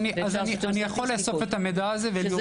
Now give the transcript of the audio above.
אני יכול לאסוף את המידע הזה.